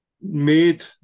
made